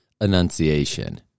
enunciation